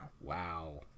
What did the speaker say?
Wow